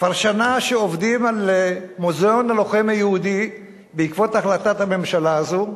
כבר שנה שעובדים על מוזיאון הלוחם היהודי בעקבות החלטת הממשלה הזו.